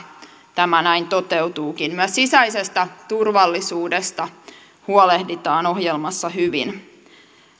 tämä näin toteutuukin myös sisäisestä turvallisuudesta huolehditaan ohjelmassa hyvin